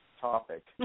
topic